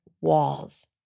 walls